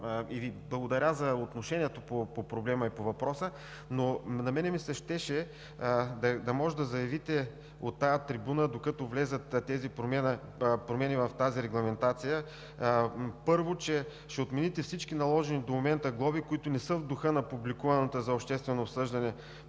и благодаря за отношението по проблема и по въпроса, но на мен ми се искаше да може да заявите от тази трибуна, че докато влязат тези промени в тази регламентация, първо, ще отмените всички наложени до момента глоби, които не са в духа на публикуваното за обществено обсъждане